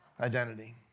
Identity